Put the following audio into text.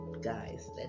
guys